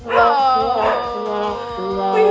oh